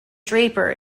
draper